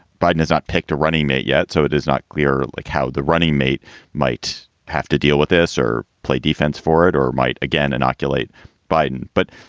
biden hasn't picked a running mate yet. so it is not clear like how the running mate might have to deal with this or play defense for it or might again inoculate biden. but